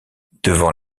devant